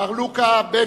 מר לוקא בביץ,